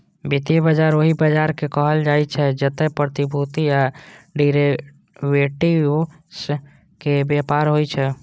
वित्तीय बाजार ओहि बाजार कें कहल जाइ छै, जतय प्रतिभूति आ डिरेवेटिव्स के व्यापार होइ छै